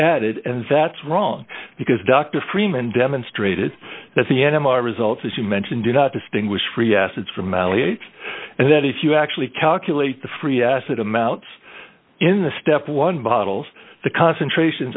added and that's wrong because dr freeman demonstrated that the m r i results as you mention do not distinguish free acids from mally and that if you actually calculate the free acid amounts in the step one bottles the concentration